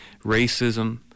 racism